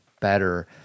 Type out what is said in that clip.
better